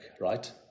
right